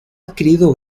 adquirido